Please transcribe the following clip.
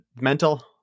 mental